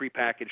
prepackaged